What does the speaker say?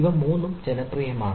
ഇവ മൂന്ന് ജനപ്രിയമാണ്